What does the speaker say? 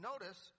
notice